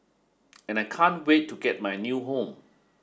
and I can't wait to get my new home